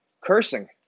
cursing